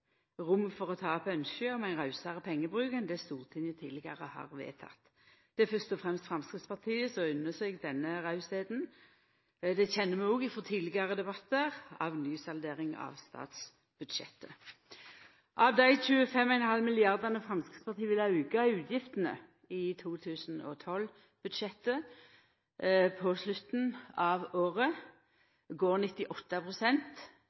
rom for å ta opp ynske om ein rausare pengebruk enn det Stortinget tidlegare har vedteke. Det er fyrst og fremst Framstegspartiet som unner seg denne rausheita. Det kjenner vi òg frå tidlegare debattar om ny saldering av statsbudsjettet. Av dei 25,5 milliardane Framstegspartiet vil auka utgiftene i 2012-budsjettet med på slutten av året,